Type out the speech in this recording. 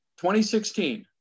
2016